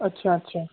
ਅੱਛਾ ਅੱਛਾ